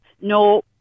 No